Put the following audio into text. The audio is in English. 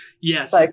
Yes